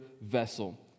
vessel